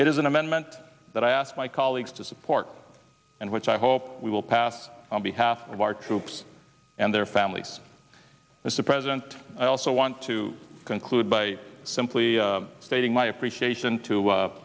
is an amendment that i asked my colleagues to support and which i hope we will pass on behalf of our troops and their families as the president i also want to conclude by simply stating my appreciation to